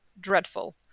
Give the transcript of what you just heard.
dreadful